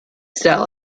style